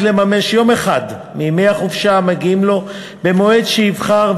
לממש יום אחד מימי החופשה המגיעים לו במועד שיבחר,